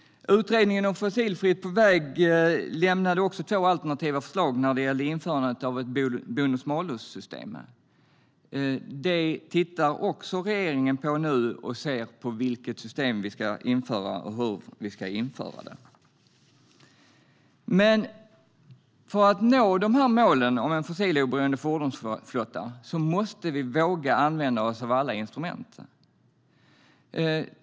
Utredningen om fossilfrihet på väg lämnade två alternativa förslag när det gällde införandet av ett bonus-malus-system. Regeringen tittar på det här nu för att se vilket system vi ska införa och hur vi ska införa det. För att nå målen om en fossiloberoende fordonsflotta måste vi våga använda oss av alla instrument.